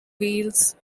wheels